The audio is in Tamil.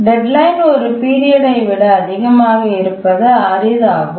டெட்லைன் ஒரு பீரியட் ஐ விட அதிகமாக இருப்பது அரிதாகும்